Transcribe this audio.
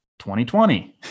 2020